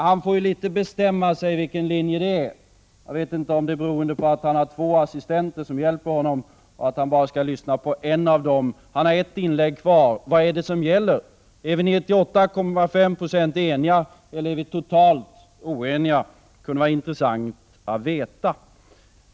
Han får bestämma sig för vilken linje som skall gälla. Jag vet inte om denna motsägelse beror på att han har två assistenter som hjälper honom, och att han bara borde lyssna på en av dem. Han har ett inlägg kvar: Vad är det som gäller? Är vi till 98,5 26 eniga eller är vi totalt oeniga? Det kunde vara intressant att veta.